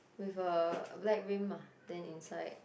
with a black rim ah then inside